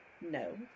No